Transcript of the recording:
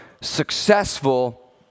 successful